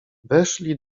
weszli